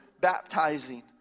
baptizing